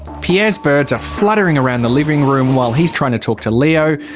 pierre's birds are fluttering around the living room while he's trying to talk to leo,